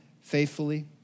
faithfully